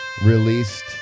released